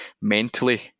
mentally